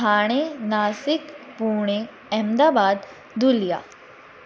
Thane Nashik Pune Ahmedabad Dhulia